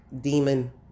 demon